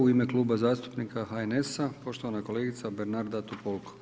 U ime Kluba zastupnika HNS-a poštovana kolegica Bernarda Topolko.